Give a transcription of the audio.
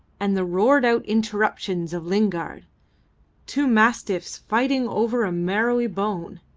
and the roared-out interruptions of lingard two mastiffs fighting over a marrowy bone.